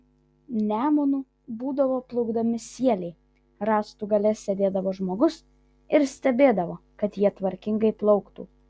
nemunu būdavo plukdomi sieliai rąstų gale sėdėdavo žmogus ir stebėdavo kad jie tvarkingai plauktų